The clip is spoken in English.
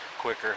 quicker